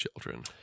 children